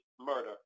murder